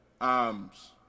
arms